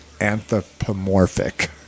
Anthropomorphic